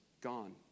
gone